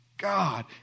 God